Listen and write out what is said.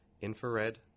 infrared